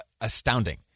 Astounding